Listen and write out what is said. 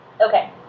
Okay